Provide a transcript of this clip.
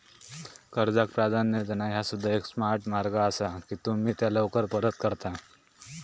कर्जाक प्राधान्य देणा ह्या सुद्धा एक स्मार्ट मार्ग असा की तुम्ही त्या लवकर परत करता